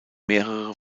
mehrere